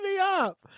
up